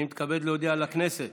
הממשלה, אני מתכבד להודיע לכנסת